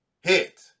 hit